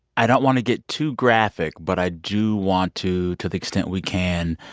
i don't want to get too graphic, but i do want to, to the extent we can,